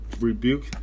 rebuke